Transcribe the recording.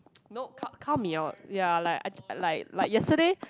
nope count count me out ya like like like yesterday